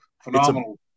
phenomenal